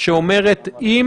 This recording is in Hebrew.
שאומרת עם